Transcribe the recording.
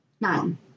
Nine